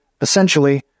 essentially